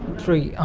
three,